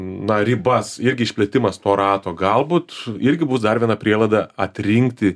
na ribas irgi išplėtimas to rato galbūt irgi bus dar viena prielaida atrinkti